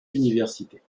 universités